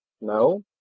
No